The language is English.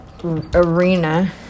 arena